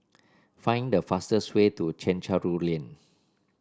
find the fastest way to Chencharu Lane